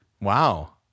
Wow